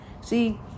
See